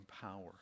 power